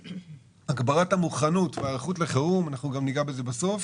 הגברת המוכנות וההיערכות לחירום אנחנו גם ניגע בזה בסוף